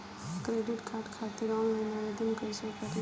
Credit card खातिर online आवेदन कइसे करि?